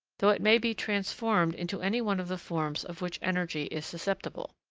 though it may be transformed into any one of the forms of which energy is susceptible